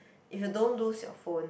if you don't lose your phone